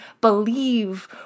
believe